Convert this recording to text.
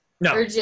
No